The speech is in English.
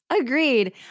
Agreed